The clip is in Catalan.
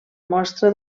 mostra